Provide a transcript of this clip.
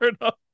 enough